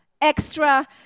extra